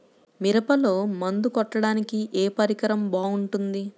మిరపలో మందు కొట్టాడానికి ఏ పరికరం బాగుంటుంది?